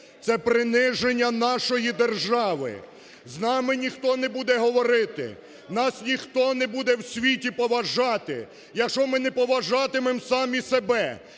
це приниження нашої держави. З нами ніхто не буде говорити, нас ніхто не буде в світі поважати, якщо ми не поважатимемо самі себе.